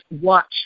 watch